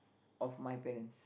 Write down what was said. of my parents